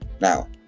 Now